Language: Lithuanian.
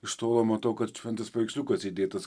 iš tolo matau kad šventas paveiksliukas įdėtas